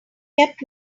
kept